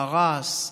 פרס,